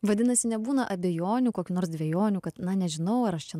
vadinasi nebūna abejonių kokių nors dvejonių kad na nežinau ar aš čia